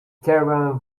caravan